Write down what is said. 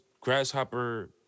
grasshopper